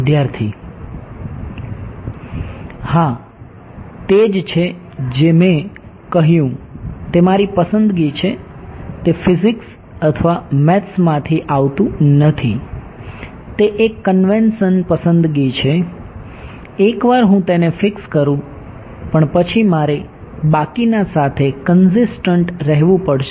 વિદ્યાર્થી હા તે જ છે જે મેં કહ્યું તે મારી પસંદગી છે તે ફિઝીક્સ રહેવું પડશે